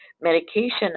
medication